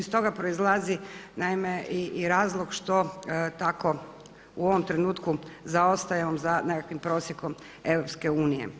Iz toga proizlazi i razlog što tako u ovom trenutku zaostajemo za nekakvim prosjekom EU.